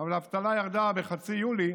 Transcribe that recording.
אבל האבטלה ירדה באמצע יולי,